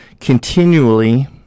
continually